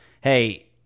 hey